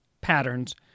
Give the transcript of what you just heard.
patterns